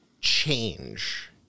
change